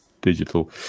digital